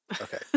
okay